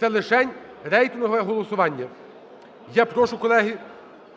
Це лишень рейтингове голосування. Я прошу, колеги,